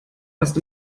erst